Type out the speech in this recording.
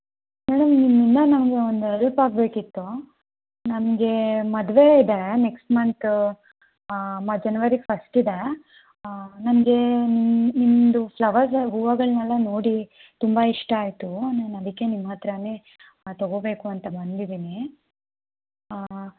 madam ನಿಮ್ಮಿಂದ ನನಗೆ ಒಂದು ಎಲ್ಪಾಗಬೇಕಿತ್ತು ನಮಗೆ ಮದುವೆ ಇದೆ ನೆಕ್ಸ್ಟ್ ಮಂತು ಮ ಜನ್ವರಿ ಫಸ್ಟಿದೆ ನಮ್ಗೆ ನಿ ನಿಮ್ಮದು ಫ್ಲವರ್ಸ್ ಹೂವುಗಳ್ನೆಲ್ಲ ನೋಡಿ ತುಂಬ ಇಷ್ಟ ಆಯಿತು ನಾನು ಅದಕ್ಕೆ ನಿಮ್ಮ ಹತ್ರವೇ ತೊಗೋಬೇಕು ಅಂತ ಬಂದಿದ್ದೀನಿ